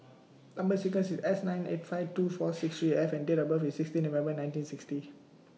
Number sequence IS S nine eight five two four six three F and Date of birth IS sixteen November nineteen sixty